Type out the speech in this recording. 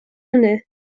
hynny